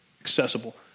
accessible